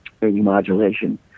modulation